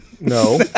No